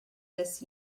this